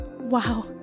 Wow